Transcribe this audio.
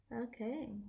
Okay